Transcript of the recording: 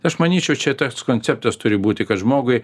aš manyčiau čia tas konceptas turi būti kad žmogui